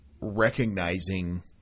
recognizing